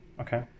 Okay